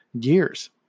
years